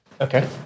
Okay